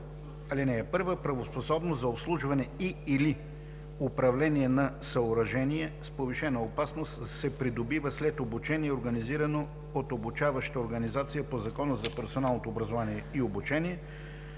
така: „(1) Правоспособност за обслужване и/или управление на съоръжения с повишена опасност се придобива след обучение, организирано от обучаваща организация по Закона за професионалното образование и обучение.“